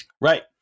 Right